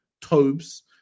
Tobes